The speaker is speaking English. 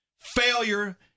Failure